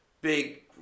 big